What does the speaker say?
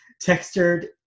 textured